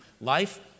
life